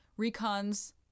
recons